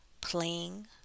playing